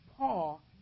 Paul